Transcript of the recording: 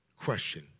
question